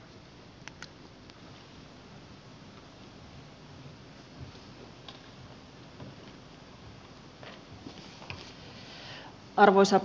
arvoisa puhemies